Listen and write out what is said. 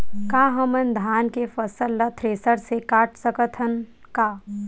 का हमन धान के फसल ला थ्रेसर से काट सकथन का?